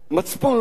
המצפון לא מציק?